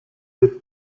the